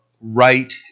right